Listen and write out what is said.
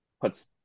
puts